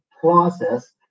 process